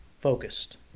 focused